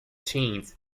teens